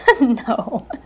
No